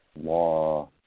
law